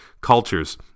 cultures